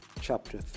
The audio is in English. chapter